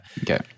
Okay